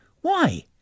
Why